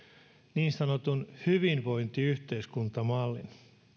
niin sanotun hyvinvointiyhteiskuntamallin